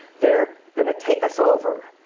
they're going to take us over.